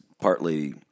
partly